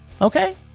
Okay